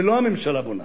ולא הממשלה בונה,